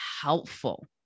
helpful